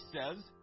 says